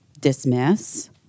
dismiss